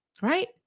right